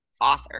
author